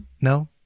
no